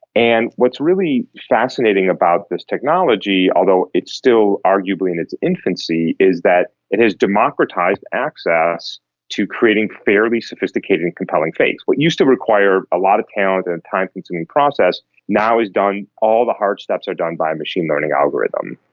and what's really fascinating about this technology, although it is still arguably in its infancy, is that it has democratised access to creating fairly sophisticated and compelling things. what used to require a lot of talent and time-consuming process now is done, all the hard steps are done by a machine learning algorithm,